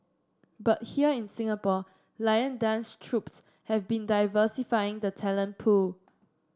but here in Singapore lion dance troupes have been diversifying the talent pool